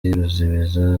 ruzibiza